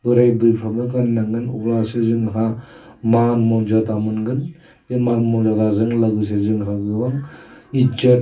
बोराय बुरैफ्राबो गाननांगोन अब्लासो जोंहा मान मर्जादा मोनगोन बे मान मर्जादाजों लोगोसे जोंहा गोबां इज्जत